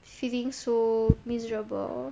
feeling so miserable